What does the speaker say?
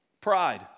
pride